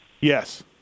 Yes